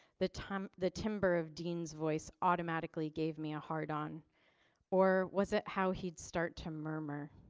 the time the timbre of dean's voice automatically gave me a hard on or was it how he'd start to murmur?